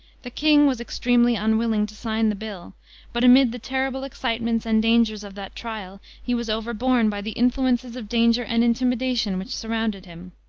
the king was extremely unwilling to sign the bill but, amid the terrible excitements and dangers of that trial, he was overborne by the influences of danger and intimidation which surrounded him.